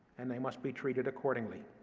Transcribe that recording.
and they must be treated accordingly.